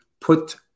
put